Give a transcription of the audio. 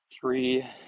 three